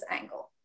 angle